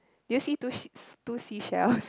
do you see two sea~ two seashells